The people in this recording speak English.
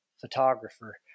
photographer